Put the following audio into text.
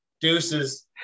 deuces